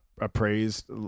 appraised